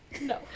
No